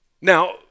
Now